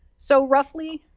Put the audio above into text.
so roughly,